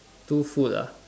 two food ah